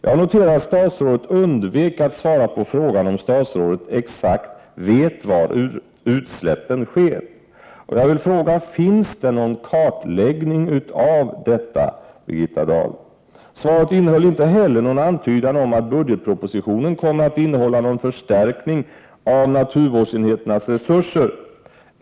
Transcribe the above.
Jag noterar att statsrådet undvek att svara på frågan om statsrådet vet exakt var utsläppen sker. Jag vill fråga: Finns det någon kartläggning av detta, Birgitta Dahl? Svaret innehåller inte heller någon antydan om att budgetpropositionen kommer att föreslå någon förstärkning av naturvårdsenheternas resurser.